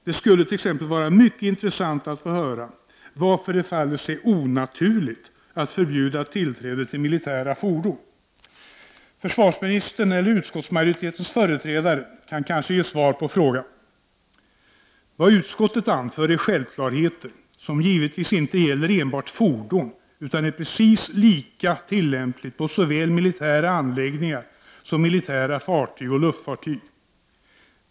Det skulle t.ex. vara mycket intressant att få höra varför det faller sig onaturligt att förbjuda tillträde till militära fordon. Försvarsministern eller utskottsmajoritetens företrädare kan kanske ge svar på frågan. Vad utskottet anför är självklarheter, som givetvis inte gäller enbart fordon utan är precis lika tillämpliga på såväl militära anläggningar som militära fartyg och luftfartyg.